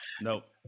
Nope